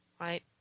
right